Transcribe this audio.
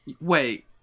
wait